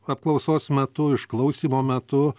apklausos metu išklausymo metu